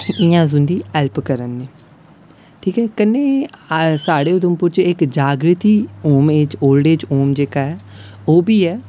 इ'यां अस उं'दी हेल्प करने ठीक ऐ कन्नै साढ़े उधमपुर च जाग्रती ओलड ऐज होम जेह्का है ओह्बी एह्